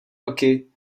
roky